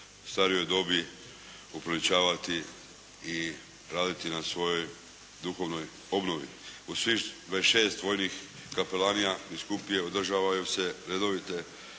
u starijoj dobi upriličavati i raditi na svojoj duhovnoj obnovi. Uz svih 26 vojnih kapelanija i biskupija održavaju se redovite pouke